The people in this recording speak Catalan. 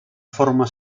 forma